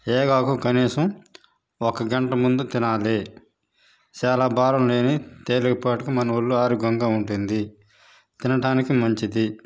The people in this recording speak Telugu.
యోగాకు కనీసం ఒక గంట ముందు తినాలి చాలా భారం లేని తేలిక పాటుకు మన ఒళ్ళు ఆరోగ్యంగా ఉంటుంది తినడానికి మంచిది